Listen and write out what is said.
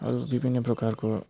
अरू विभिन्न प्रकारको